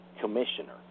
Commissioner